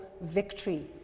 victory